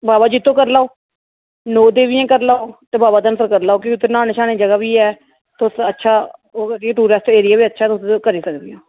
बाबा जित्तो करी लैओ नौ देवियां करी लैओ ते बाबा धनसर करी लैओ क्योंकि उत्थे न्हाने श्हाने दी जगह बी ऐ तुस अच्छा ओह् इक टूरिस्ट एरिया बी अच्छा ऐ तुस करी सकदियां ओ